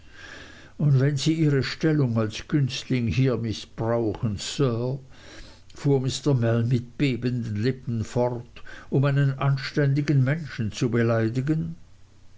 und wenn sie ihre stellung als günstling hier mißbrauchen sir fuhr mr mell mit bebenden lippen fort um einen anständigen menschen zu beleidigen